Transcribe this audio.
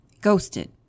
Ghosted